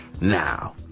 Now